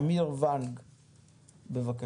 אמיר וואנג, בבקשה.